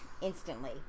instantly